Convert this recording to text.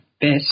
best